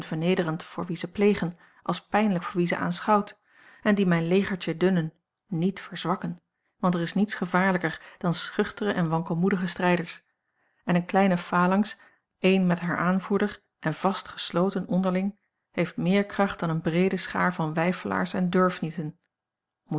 vernederend voor wie ze plegen als pijnlijk voor wie ze aanschouwt en die mijn legertje dunnen niet verzwakken want er is niets gevaarlijker dan schuchtere en wankelmoedige strijders en eene kleine phalanx één met haar aanvoerder en vast gesloten onderling heeft meer kracht dan eene breede schaar van weifelaars en